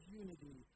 unity